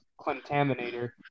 contaminator